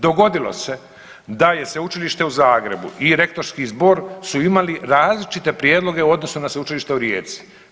Dogodilo se da je Sveučilište u Zagrebu i rektorski zbor su imali različite prijedloge u odnosu na Sveučilište u Rijeci.